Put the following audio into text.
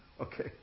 Okay